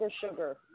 sugar